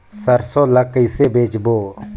सरसो ला कइसे बेचबो?